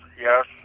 yes